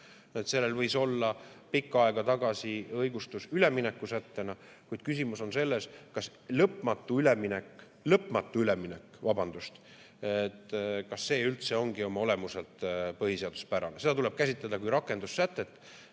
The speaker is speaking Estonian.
Sellel võis olla pikka aega tagasi õigustus üleminekusättena, kuid küsimus on selles, kas lõpmatu üleminek üldse ongi oma olemuselt põhiseaduspärane. Seda tuleb käsitleda kui rakendussätet